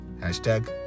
hashtag